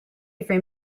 every